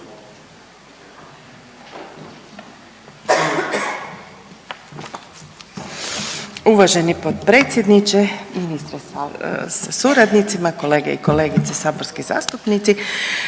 Uvaženi potpredsjedniče, ministre sa suradnicima, kolege i kolegice saborski zastupnici,